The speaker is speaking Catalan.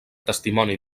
testimoni